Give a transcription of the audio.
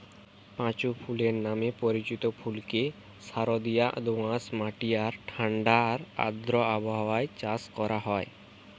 পাঁচু ফুল নামে পরিচিত ফুলকে সারদিয়া দোআঁশ মাটি আর ঠাণ্ডা আর আর্দ্র আবহাওয়ায় চাষ করা হয়